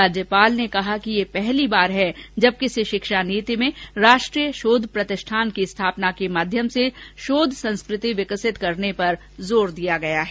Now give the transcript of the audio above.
राज्यपाल ने कहा कि यह पहली बार है जब किसी शिक्षा नीति में राष्ट्रीय शोध प्रतिष्ठान की स्थापना के माध्यम से शोध संस्कृति विकसित करने पर विशेष जोर दिया गया है